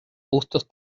bustos